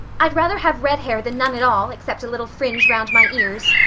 i'd rather have red hair than none at all, except a little fringe round my ears,